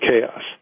chaos